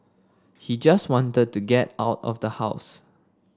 he just wanted to get out of the house